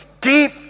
deep